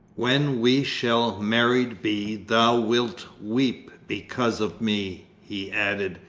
when we shall married be thou wilt weep because of me! he added,